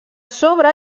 sobre